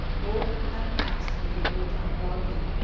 both have passed with the old-time darky.